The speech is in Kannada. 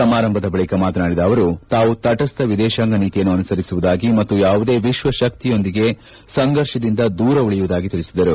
ಸಮಾರಂಭ ಬಳಿಕ ಮಾತನಾಡಿದ ಅವರು ತಾವು ತಟಸ್ನ ವಿದೇಶಾಂಗ ನೀತಿಯನ್ನು ಅನುಸರಿಸುವುದಾಗಿ ಮತ್ತು ಯಾವುದೇ ವಿಶ್ವ ಶಕ್ತಿಯೊಂದಿಗೆ ಸಂಘರ್ಷದಿಂದ ದೂರ ಉಳಿಯುವುದಾಗಿ ತಿಳಿಸಿದರು